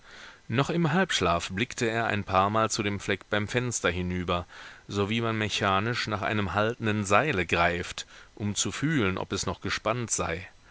noch im halbschlaf blickte er ein paarmal zu dem fleck beim fenster hinüber so wie man mechanisch nach einem haltenden seile greift um zu fühlen ob es noch gespannt sei